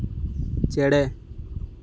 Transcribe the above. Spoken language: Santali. ᱪᱮᱬᱮ